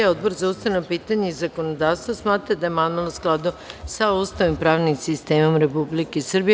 Odbor za ustavna pitanja i zakonodavstvo smatra da je amandman u skladu sa Ustavom i pravnim sistemom Republike Srbije.